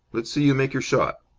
let's see you make your shot.